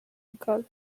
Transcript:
gulp